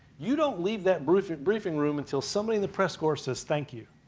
you don't leave that briefing briefing room until somebody in the press corp says thank you.